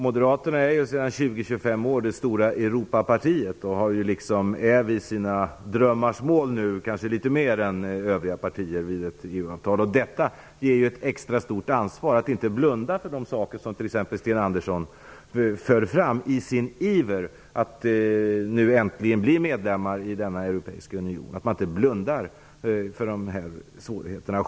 Moderaterna är sedan 20-25 år det stora Europapartiet. Det är nu kanske litet mer än övriga partier vid sina drömmars mål vid ett EU-avtal. Detta ger ett extra stort ansvar att inte blunda för de saker som t.ex. Sten Andersson i Malmö för fram i sin iver att nu äntligen bli medlemmar i denna europeiska union. Man får inte blunda för dessa svårigheter.